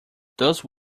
those